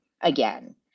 again